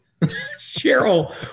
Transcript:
Cheryl